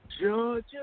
Georgia